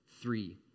Three